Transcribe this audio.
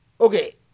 Okay